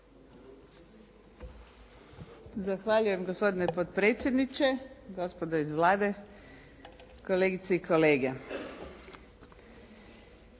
Zahvaljujem gospodine potpredsjedniče. Gospodo iz Vlade, kolegice i kolege.